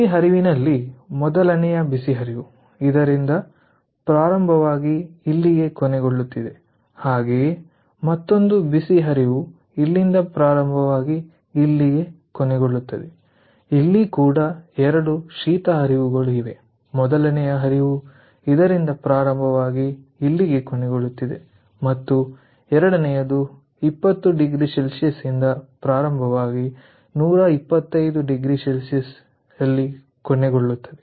ಬಿಸಿ ಹರಿವಿನಲ್ಲಿ ಮೊದಲನೆಯ ಬಿಸಿ ಹರಿವು ಇದರಿಂದ ಪ್ರಾರಂಭವಾಗಿ ಇಲ್ಲಿಗೆ ಕೊನೆಗೊಳ್ಳುತ್ತಿದೆ ಹಾಗೆಯೇ ಮತ್ತೊಂದು ಬಿಸಿ ಹರಿವು ಇಲ್ಲಿಂದ ಪ್ರಾರಂಭವಾಗಿ ಇಲ್ಲಿಗೆ ಕೊನೆಗೊಳ್ಳುತ್ತದೆ ಇಲ್ಲಿ ಕೂಡ 2 ಶೀತಹರಿವುಗಳು ಇವೆ ಮೊದಲನೆಯ ಹರಿವು ಇದರಿಂದ ಪ್ರಾರಂಭವಾಗಿ ಇಲ್ಲಿಗೆ ಕೊನೆಗೊಳ್ಳುತ್ತಿದೆ ಮತ್ತು ಎರಡನೆಯದು 20oC ಯಿಂದ ಪ್ರಾರಂಭವಾಗಿ 125oC ಯಲ್ಲಿ ಕೊನೆಗೊಳ್ಳುತ್ತದೆ